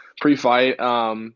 Pre-fight